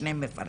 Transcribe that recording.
שני מפרנסים.